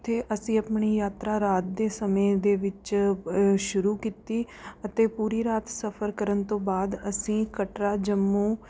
ਉੱਥੇ ਅਸੀਂ ਆਪਣੀ ਯਾਤਰਾ ਰਾਤ ਦੇ ਸਮੇਂ ਦੇ ਵਿੱਚ ਸ਼ੁਰੂ ਕੀਤੀ ਅਤੇ ਪੂਰੀ ਰਾਤ ਸਫ਼ਰ ਕਰਨ ਤੋਂ ਬਾਅਦ ਅਸੀਂ ਕਟਰਾ ਜੰਮੂ